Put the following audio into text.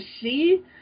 see